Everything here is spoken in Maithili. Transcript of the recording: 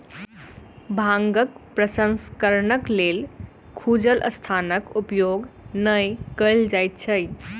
भांगक प्रसंस्करणक लेल खुजल स्थानक उपयोग नै कयल जाइत छै